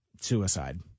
suicide